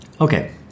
Okay